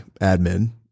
admin